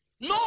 No